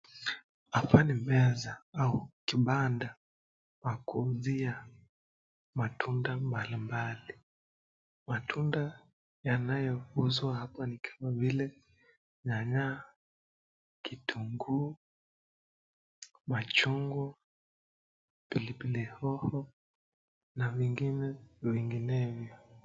Hapa ni meza au kibanda ya kuuzia matunda mbalimbali, matunda yanayouza hapa ni kama vile nyanya, kitunguu, machungwa, pilipili hoho na vingine vinginevyo.